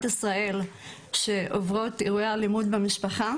ישראל שעוברות אירועי אלימות במשפחה,